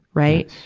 right.